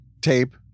tape